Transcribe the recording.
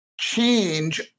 change